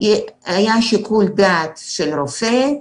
שיקול דעת של רופא,